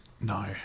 No